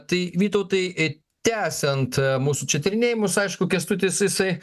tai vytautai į tęsiant mūsų čia tyrinėjimus aišku kęstutis jisai